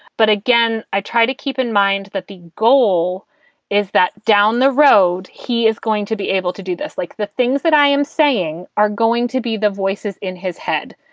but again, i try to keep in mind that the goal is that down the road, he is going to be able to do this, like the things that i am saying are going to be the voices in his head.